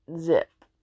zip